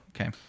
okay